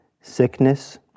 sickness